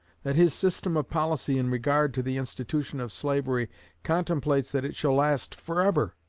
that his system of policy in regard to the institution of slavery contemplates that it shall last forever.